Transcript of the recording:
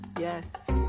Yes